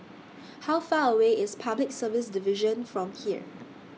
How Far away IS Public Service Division from here